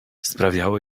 sprawiało